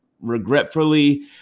regretfully